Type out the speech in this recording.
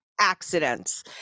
accidents